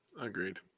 Agreed